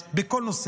בכל דבר.